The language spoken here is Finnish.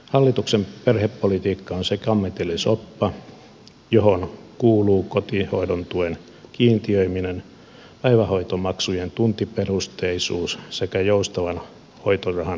hallituksen perhepolitiikka on sekametelisoppa johon kuuluu kotihoidon tuen kiintiöiminen päivähoitomaksujen tuntiperusteisuus sekä joustavan hoitorahan luominen